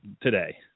today